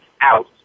out